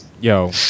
yo